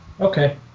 Okay